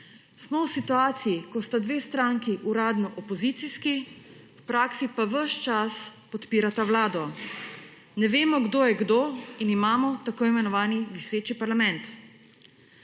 Smo v situaciji ko sta dve stranki uradno opozicijski, v praksi pa ves čas podpirata vlado. Ne vemo kdo je kdo in imamo tako imenovani viseči parlament.